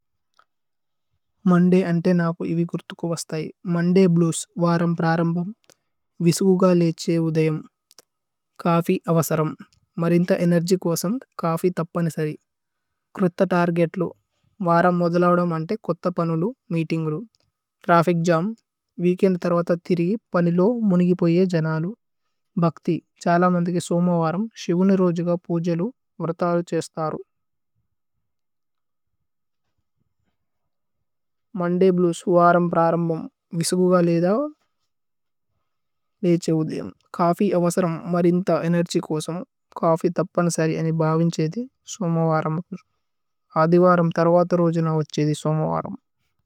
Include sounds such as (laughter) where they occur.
മന്ദേ ആന്തേ നാപു ഏവി കുര്ഥു കു വസ്ഥയ്। മോന്ദയ് ബ്ലുഏസ് വരമ് പ്രരമ്ബമ് വിസ്കുഗ। ലേഛേ ഉദയമ് കാഫി അവസരമ് മരിന്ത ഏനേര്ഗി। കോസമ് കാഫി തപ്പനിസരി കുര്ഥ തര്ഗേത്ലു। വരമ് മോദുലവദമ് ആന്തേ കുത്ത പനുലു। മീതിന്ഗ്ലു ത്രഫ്ഫിച് ജമ് വീകേന്ദ് ത്രവത ഥിരി। പനിലോ മുനി കി പുയേ ജനലു ഭക്തി ഛല। മന്ഥികേ സോമ വരമ് ശിഗുനി രോജ്ഗ പുജ ലു। വ്രതലു ഛേശ്ഥാരു (hesitation) മോന്ദയ്। ബ്ലുഏസ് വരമ് പ്രരമ്ബമ് വിസ്കുഗ ലേദവ് ലേഛേ। ഉദയമ് കാഫി അവസരമ് (hesitation) മരിന്ത। ഏനേര്ഗി കോസമ് കാഫി തപ്പനിസരി അനിബവിന്। ഛേദി സോമ വരമ് അദിവരമ് ത്രവത രോജന। ഉഛേദി സോമ വരമ്।